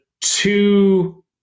two